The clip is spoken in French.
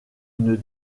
une